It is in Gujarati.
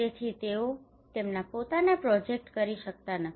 તેથી તેઓ તેમના પોતાના પ્રોજેક્ટ કરી શકતા નથી